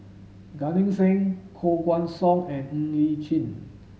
Gan Eng Seng Koh Guan Song and Ng Li Chin